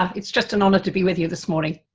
um it's just an honor to be with you this morning.